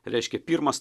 reiškia pirmas